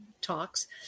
talks